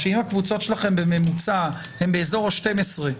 שאם הקבוצות שלכם בממוצע הן באזור 12,